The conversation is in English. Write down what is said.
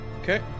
Okay